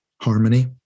harmony